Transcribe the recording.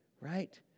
right